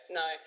no